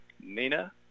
Nina